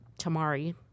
tamari